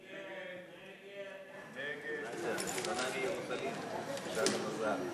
אם כן, רבותי, לחלופין א' ההסתייגות לא התקבלה.